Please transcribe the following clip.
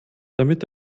damit